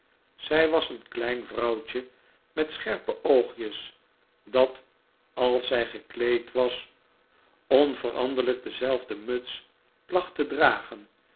zij was een klein vrouwtje met scherpe oogjes dat als zij gekleed was onveranderlijk dezelfde muts placht te dragen